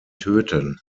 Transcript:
töten